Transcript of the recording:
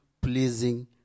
pleasing